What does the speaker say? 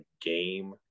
game